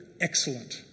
excellent